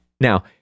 Now